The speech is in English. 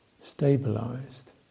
stabilized